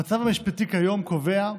המצב המשפטי כיום קובע,